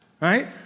right